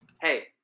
Hey